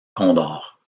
condor